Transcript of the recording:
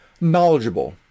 knowledgeable